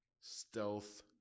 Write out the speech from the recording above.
stealth